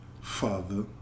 father